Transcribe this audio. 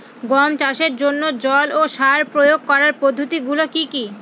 গম চাষের জন্যে জল ও সার প্রয়োগ করার পদ্ধতি গুলো কি কী?